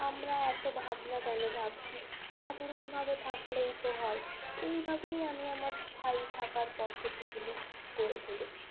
আমরা এত ভাবনা কেন ভাবছি সাধারণভাবে থাকলেই তো হয় এইভাবেই আমি আমার স্থায়ী থাকার পদ্ধতিগুলি করে ফেলেছি